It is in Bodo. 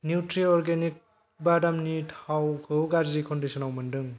न्युत्रि अर्गेनिक बादामनि थाव खौ गाज्रि कन्दिसनाव मोन्दों